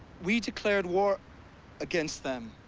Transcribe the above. we dlared war against them,